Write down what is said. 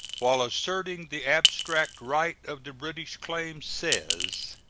while asserting the abstract right of the british claim, says